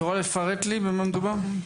את יכולה לפרט לי במה מדובר.